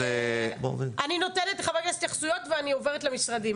אני נותנת לחברי הכנסת התייחסויות ואני עוברת למשרדים.